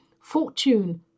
Fortune